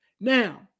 Now